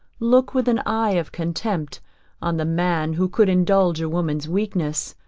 look with an eye of contempt on the man who could indulge a woman's weakness,